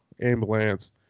ambulance